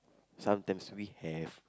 sometimes we have